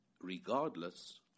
regardless